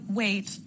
wait